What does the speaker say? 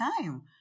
time